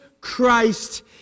Christ